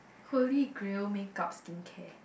holy grail makeup skin care